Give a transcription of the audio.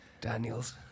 Daniels